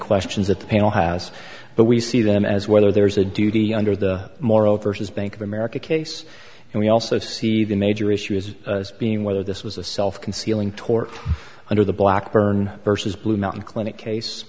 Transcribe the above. questions that the panel has but we see them as whether there's a duty under the morrow versus bank of america case and we also see the major issues being whether this was a self concealing tort under the black burn versus blue mountain clinic case